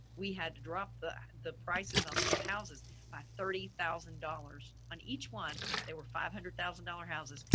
we had dropped the the prices on those houses by thirty thousand dollars on each one. they were five hundred thousand dollars houses.